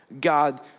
God